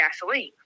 gasoline